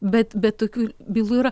bet be tokių bylų yra